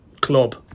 club